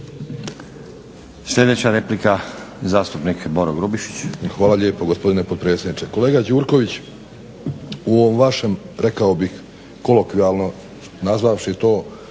Sljedeća replika, zastupnik Boro Grubišić.